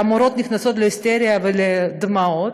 כשהמורות נכנסות להיסטריה ולדמעות,